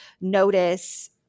notice